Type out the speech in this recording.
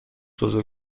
بزرگ